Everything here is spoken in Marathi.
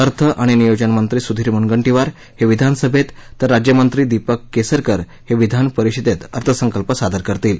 अर्थ आणि नियोजन मंत्री सुधीर मुनगंटीवार हे विधान सभेत तर राज्यमंत्री दीपक केसरकर हे विधान परिषदेत अर्थसंकल्प सादर करतील